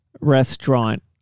restaurant